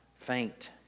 faint